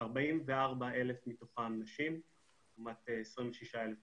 44,000 מתוכם נשים לעומת 26,000 גברים,